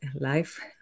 life